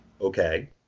Okay